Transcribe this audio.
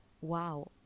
wow